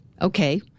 okay